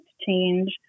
change